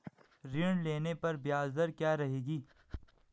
ऋण लेने पर ब्याज दर क्या रहेगी?